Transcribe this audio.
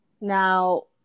Now